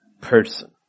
Person